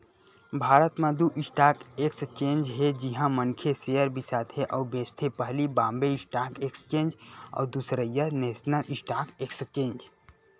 भारत म दू stock exchange हे जिहाँ मनखे सेयर बिसाथे अउ बेंचथे पहिली बॉम्बे स्टॉक एक्सचेंज अउ दूसरइया नेसनल स्टॉक एक्सचेंज